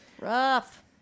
Rough